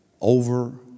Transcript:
over